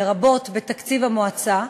לרבות בתקציב המועצה,